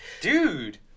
Dude